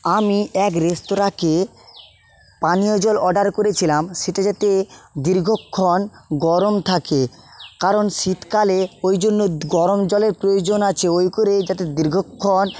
আমি এক রেস্তোরাঁকে পানীয় জল অর্ডার করেছিলাম সেটা যাতে দীর্ঘক্ষণ গরম থাকে কারণ শীতকালে ওই জন্য গরম জলের প্রয়োজন আছে ওই করে যাতে দীর্ঘক্ষণ